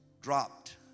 dropped